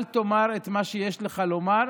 אל תאמר את מה שיש לך לומר,